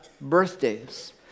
birthdays